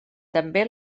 també